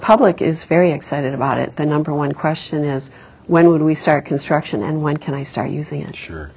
public is very excited about it the number one question is when would we start construction and when can i start using and sure